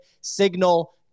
Signal